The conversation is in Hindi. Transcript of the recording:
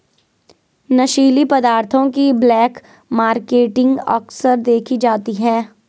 नशीली पदार्थों की ब्लैक मार्केटिंग अक्सर देखी जाती है